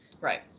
Right